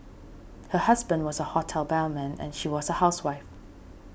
her husband was a hotel bellman and she was a housewife